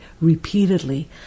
repeatedly